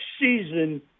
season